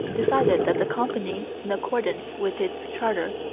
decided that the company, in accordance with its charter,